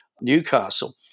Newcastle